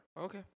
Okay